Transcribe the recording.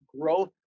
growth